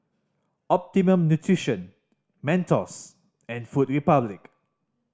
Optimum Nutrition Mentos and Food Republic